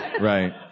Right